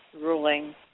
ruling